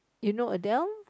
you know Adele